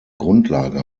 grundlage